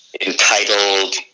entitled